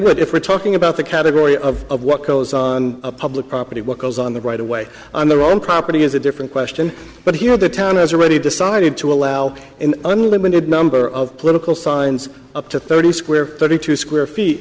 would if we're talking about the category of what goes on public property what goes on the right away on their own property is a different question but here the town has already decided to allow an unlimited number of political signs up to thirty square thirty two square feet